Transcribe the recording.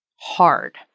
hard